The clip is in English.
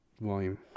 volume